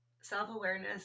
Self-awareness